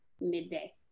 midday